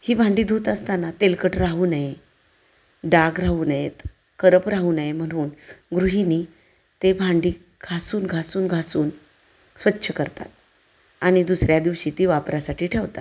ही भांडी धूत असताना तेलकट राहू नये डाग राहू नयेत करप राहू नये म्हणून गृहिणी ते भांडी घासून घासून घासून स्वच्छ करतात आणि दुसऱ्या दिवशी ती वापरासाठी ठेवतात